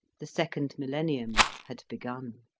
the second millennium had begun,